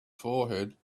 forehead